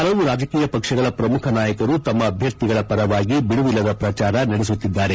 ಹಲವು ರಾಜಕೀಯ ಪಕ್ಷಗಳ ಪ್ರಮುಖ ನಾಯಕರು ತಮ್ಮ ಅಭ್ಯರ್ಥಿಗಳ ಪರವಾಗಿ ಬಿಡುವಿಲ್ಲದ ಪ್ರಚಾರ ನಡೆಸುತ್ತಿದ್ದಾರೆ